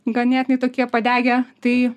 ganėtinai tokie padegę tai